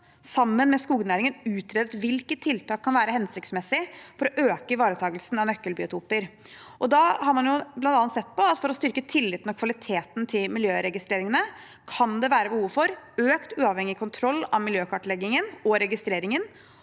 sammen med skognæringen utredet hvilke tiltak som kan være hensiktsmessige for å øke ivaretakelsen av nøkkelbiotoper. Da har man bl.a. sett på at for å styrke tilliten og kvaliteten til miljøregistreringene kan det være behov for økt uavhengig kontroll av miljøkartleggingen og registreringen